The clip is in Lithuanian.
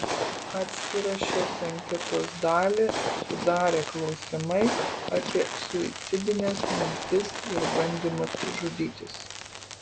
atskirą šios anketos dalį sudarė klausimai apie suicidines mintis ir bandymus žudytis